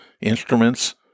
instruments